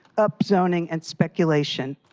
of zoning, and speculation.